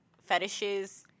fetishes